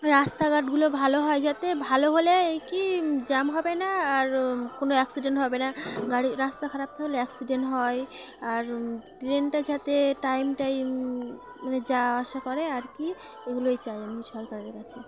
রাস্তাঘাটগুলো ভালো হয় যাতে ভালো হলে এই কী জ্যাম হবে না আর কোনো অ্যাক্সিডেন্ট হবে না গাড়ি রাস্তা খারাপ থাকলে অ্যাক্সিডেন্ট হয় আর ট্রেনটা যাতে টাইম টাইম মানে যাওয়া আসা করে আর কি এগুলোই চাই আমি সরকারের কাছে